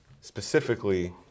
specifically